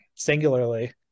singularly